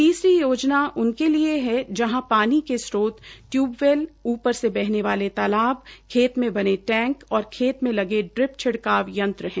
तीसरी योजना उनके लिए है जहां पानी स्त्रोत टयूबवैल ऊपर से बइने वाले तालाब खेत में बने टैंक और खेत मे लगे ड्रिप छिड़काव यंत्र है